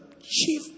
chief